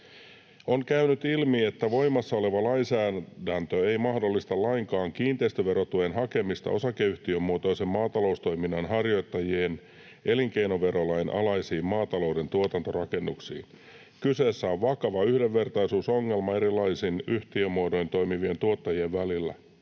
”On käynyt ilmi, että voimassa oleva lainsäädäntö ei mahdollista lainkaan kiinteistöverotuen hakemista osakeyhtiömuotoisen maataloustoiminnan harjoittajien elinkeinoverolain alaisiin maatalouden tuotantorakennuksiin. Kyseessä on vakava yhdenvertaisuusongelma erilaisin yhtiömuodoin toimivien tuottajien välillä.